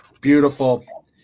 Beautiful